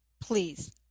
please